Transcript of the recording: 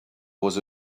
was